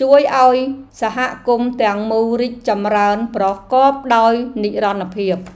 ជួយឱ្យសហគមន៍ទាំងមូលរីកចម្រើនប្រកបដោយនិរន្តរភាព។